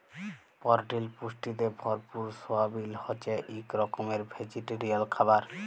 পরটিল পুষ্টিতে ভরপুর সয়াবিল হছে ইক রকমের ভেজিটেরিয়াল খাবার